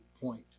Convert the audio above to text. point